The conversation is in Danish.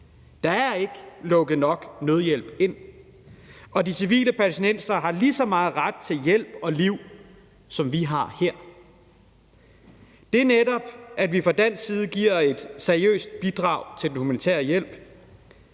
Der er ikke lukket nok nødhjælp ind, og de civile palæstinensere har lige så meget ret til hjælp og liv, som vi har her. Vi giver netop et seriøst bidrag til den humanitære hjælp.